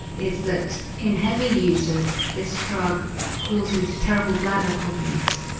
is that in heavy users this drug causes terrible bladder problems.